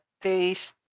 taste